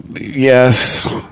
Yes